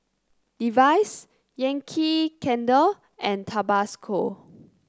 Levi's Yankee Candle and Tabasco